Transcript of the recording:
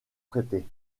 prêté